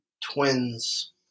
Twins